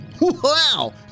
Wow